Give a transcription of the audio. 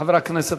חבר הכנסת.